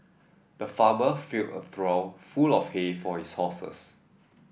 the farmer filled a trough full of hay for his horses